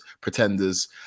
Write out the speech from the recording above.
pretenders